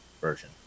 version